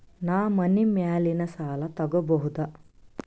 ನಾ ಮನಿ ಮ್ಯಾಲಿನ ಸಾಲ ತಗೋಬಹುದಾ?